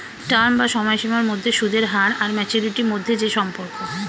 term বা সময়সীমার মধ্যে সুদের হার আর ম্যাচুরিটি মধ্যে যে সম্পর্ক